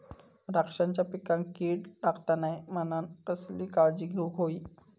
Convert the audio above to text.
द्राक्षांच्या पिकांक कीड लागता नये म्हणान कसली काळजी घेऊक होई?